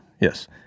Yes